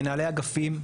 מנהלי אגפים,